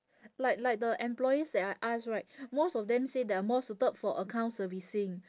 like like the employers that I asked right most of them say they are more suited for account servicing